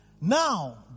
Now